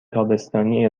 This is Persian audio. تابستانی